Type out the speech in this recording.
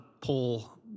pull